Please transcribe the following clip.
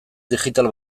digital